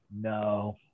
no